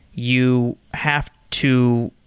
you have to